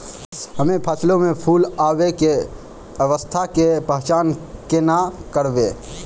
हम्मे फसलो मे फूल आबै के अवस्था के पहचान केना करबै?